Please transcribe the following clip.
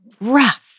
rough